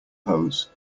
pose